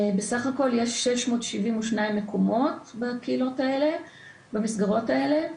בסך הכל יש 672 מקומות במסגרות האלה.